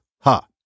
ha